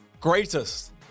greatest